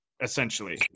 essentially